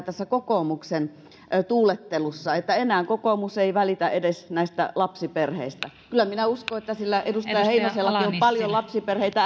tässä kokoomuksen tuulettelussa kyllä hämmentää että enää kokoomus ei välitä edes lapsiperheistä kyllä minä uskon että edustaja heinosellakin on paljon lapsiperheitä